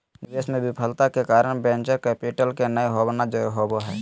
निवेश मे विफलता के कारण वेंचर कैपिटल के नय होना होबा हय